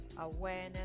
awareness